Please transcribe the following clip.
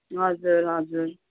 हजुर हजुर